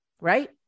right